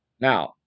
Now